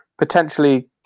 Potentially